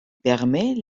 permet